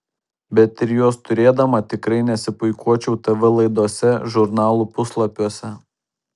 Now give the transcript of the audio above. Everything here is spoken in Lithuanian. bet ir juos turėdama tikrai nesipuikuočiau tv laidose žurnalų puslapiuose